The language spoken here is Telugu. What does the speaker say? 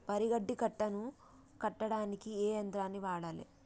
వరి గడ్డి కట్టలు కట్టడానికి ఏ యంత్రాన్ని వాడాలే?